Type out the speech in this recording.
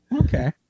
Okay